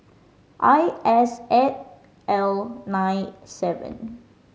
I S eight L nine seven